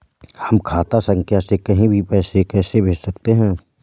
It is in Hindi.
हम खाता संख्या से कहीं भी पैसे कैसे भेज सकते हैं?